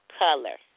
color